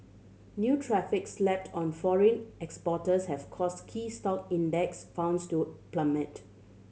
new tariffs slapped on foreign exporters have caused key stock Index Funds to plummet